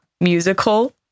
musical